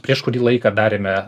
prieš kurį laiką darėme